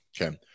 Okay